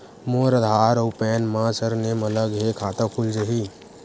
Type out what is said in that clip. मोर आधार आऊ पैन मा सरनेम अलग हे खाता खुल जहीं?